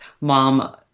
mom